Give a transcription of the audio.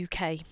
UK